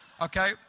Okay